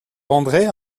rendrait